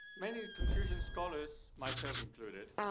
many confucian scholars, myself included,